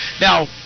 Now